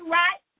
right